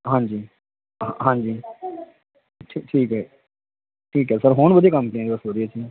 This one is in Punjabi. ਹਾਂਜੀ ਹਾਂਜੀ ਠੀਕ ਹੈ ਠੀਕ ਹੈ ਸਰ ਕੌਣ ਵਧੀਆ ਕੰਮ 'ਤੇ